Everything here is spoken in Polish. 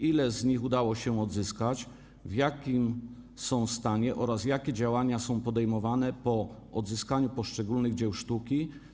Ile z nich udało się odzyskać, w jakim są stanie oraz jakie działania są podejmowane po odzyskaniu poszczególnych dzieł sztuki?